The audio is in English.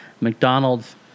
McDonald's